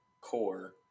core